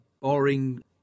boring